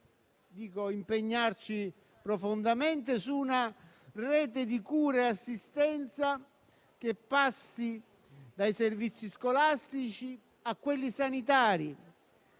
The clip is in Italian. impegnarci profondamente su una rete di cure e assistenza che passi dai servizi scolastici a quelli sanitari;